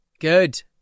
Good